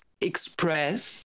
express